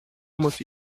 muss